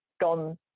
gone